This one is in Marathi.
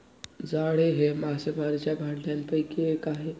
जाळे हे मासेमारीच्या भांडयापैकी एक आहे